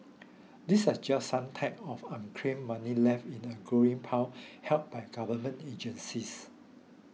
these are just some types of unclaimed money left in a growing pile held by government agencies